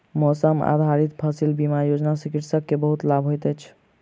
मौसम आधारित फसिल बीमा योजना सॅ कृषक के बहुत लाभ होइत अछि